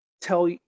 tell